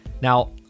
Now